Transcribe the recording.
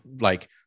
like-